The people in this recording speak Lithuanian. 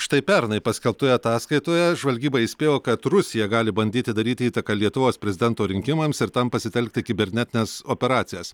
štai pernai paskelbtoje ataskaitoje žvalgyba įspėjo kad rusija gali bandyti daryti įtaką lietuvos prezidento rinkimams ir tam pasitelkti kibernetines operacijas